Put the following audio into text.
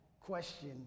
question